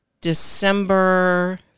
December